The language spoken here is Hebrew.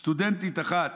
סטודנטית אחת,